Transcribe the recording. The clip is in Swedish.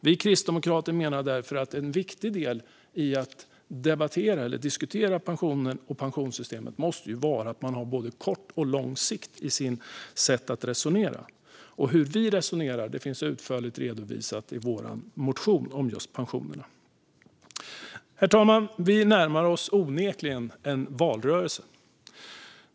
Vi kristdemokrater menar därför att en viktig del i att debattera och diskutera pensionssystemet måste vara att man har både kort och lång sikt i sitt sätt att resonera. Hur vi kristdemokrater resonerar finns utförligt redovisat i vår motion om pensionerna. Herr talman! Vi närmar oss onekligen en valrörelse.